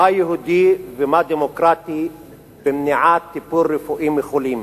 מה יהודי ומה דמוקרטי במניעת טיפול רפואי מחולים?